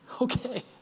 Okay